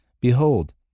Behold